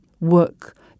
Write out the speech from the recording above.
work